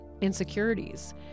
insecurities